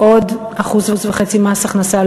עוד 1.5% מס הכנסה,